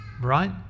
right